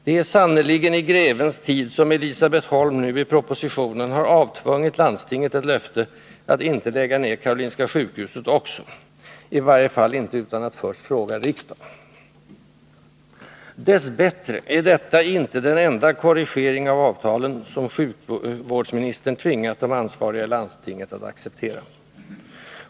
Det är sannerligen i grevens tid som Elisabet Holm nu i propositionen avtvungit landstinget ett löfte att inte lägga ned Karolinska sjukhuset också — i varje fall inte utan att först fråga riksdagen. Dess bättre är detta icke den enda korrigering av avtalen som sjukvårdsministern tvingat de ansvariga i landstinget att acceptera.